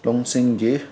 ꯂꯣꯟꯁꯤꯡꯒꯤ